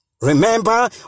Remember